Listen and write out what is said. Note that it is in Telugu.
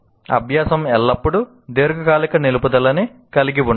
అభ్యాసం ఎల్లప్పుడూ దీర్ఘకాలిక నిలుపుదలని కలిగి ఉండదు